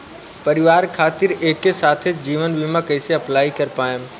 परिवार खातिर एके साथे जीवन बीमा कैसे अप्लाई कर पाएम?